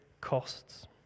costs